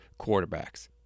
quarterbacks